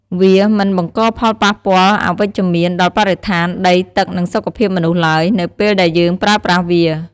វា មិនបង្កផលប៉ះពាល់អវិជ្ជមាន ដល់បរិស្ថាន ដី ទឹក និងសុខភាពមនុស្សឡើយ នៅពេលដែលយើងប្រើប្រាស់វា។